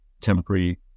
temporary